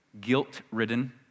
guilt-ridden